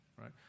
right